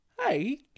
Hey